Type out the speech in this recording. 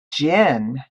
gin